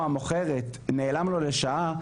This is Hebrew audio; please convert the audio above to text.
או המוכרת נעלם לו לשעה,